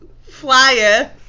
flyer